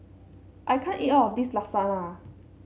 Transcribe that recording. I can't eat all of this Lasagna